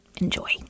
Enjoy